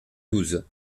douze